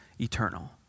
eternal